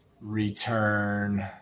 return